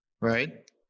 right